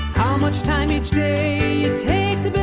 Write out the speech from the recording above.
how much time each day